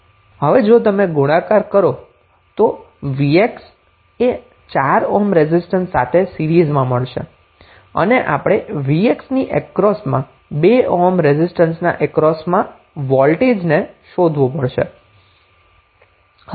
હવે જો તમે ગુણાકાર કરો તો vx એ 4 ઓહ્મ રેઝિસ્ટન્સ સાથે સીરીઝમાં મળશે અને આપણે vx ની એક્રોસમાં અને 2 ઓહ્મ રેઝિસ્ટન્સના અક્રોસમાં વોલ્ટેજ ને શોધવું પડશે